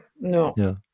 No